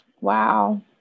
wow